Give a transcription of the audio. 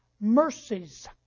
Mercies